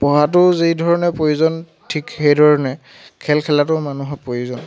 পঢ়াটো যিধৰণে প্ৰয়োজন ঠিক সেই ধৰণে খেল খেলাতো মানুহৰ প্ৰয়োজন